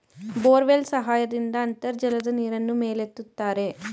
borewell ಸಹಾಯದಿಂದ ಅಂತರ್ಜಲದ ನೀರನ್ನು ಮೇಲೆತ್ತುತ್ತಾರೆ